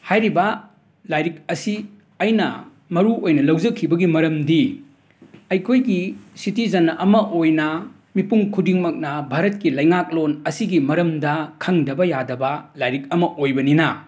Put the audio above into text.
ꯍꯥꯏꯔꯤꯕ ꯂꯥꯏꯔꯤꯛ ꯑꯁꯤ ꯑꯩꯅ ꯃꯔꯨ ꯑꯣꯏꯅ ꯂꯧꯖꯈꯤꯕꯒꯤ ꯃꯔꯝꯗꯤ ꯑꯩꯈꯣꯏꯒꯤ ꯁꯤꯇꯤꯖꯟ ꯑꯃ ꯑꯣꯏꯅ ꯃꯤꯄꯨꯝ ꯈꯨꯗꯤꯡꯃꯛꯅ ꯚꯥꯔꯠꯀꯤ ꯂꯩꯉꯥꯛꯂꯣꯟ ꯑꯁꯤꯒꯤ ꯃꯔꯝꯗ ꯈꯪꯗꯕ ꯌꯥꯗꯕ ꯂꯥꯏꯔꯤꯛ ꯑꯃ ꯑꯣꯏꯕꯅꯤꯅ